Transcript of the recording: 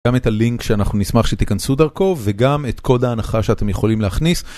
גם את הלינק שאנחנו נשמח שתיכנסו דרכו וגם את קוד ההנחה שאתם יכולים להכניס.